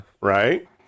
Right